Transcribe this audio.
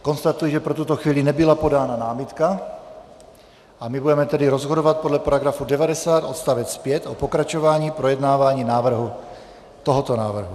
Konstatuji, že pro tuto chvíli nebyla podána námitka, a budeme tedy rozhodovat podle § 90 odst. 5 o pokračování projednávání tohoto návrhu.